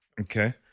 Okay